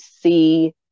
see